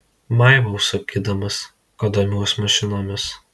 maivaus sakydamas kad domiuos mašinomis